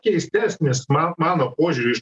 keistesnis man mano požiūriu iš